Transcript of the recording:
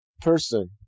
person